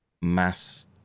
mass